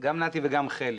גם נתי וגם חלי,